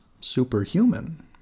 superhuman